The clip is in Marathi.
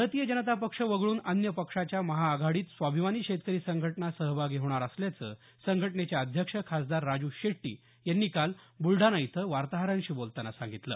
भारतीय जनता पक्ष वगळून अन्य पक्षाच्या महाआघाडीत स्वाभिमानी शेतकरी संघटना सहभागी होणार असल्याचं संघटनेचे अध्यक्ष खासदार राजू शेट्टी यांनी काल ब्रलडाणा इथं वार्ताहरांशी बोलतांना सांगितलं